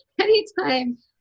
anytime